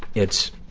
it's,